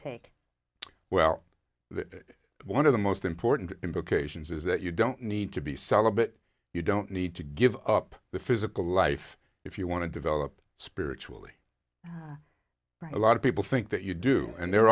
take well that one of the most important implications is that you don't need to be celibate you don't need to give up the physical life if you want to develop spiritually right a lot of people think that you do and there